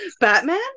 batman